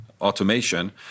automation